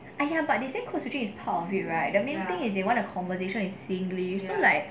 !aiya! but they say code switching is part of it right the main thing is they want a conversation in singlish so like